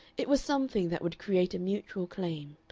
it was something that would create a mutual claim,